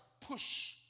push